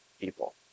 people